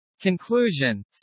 Conclusion